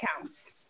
counts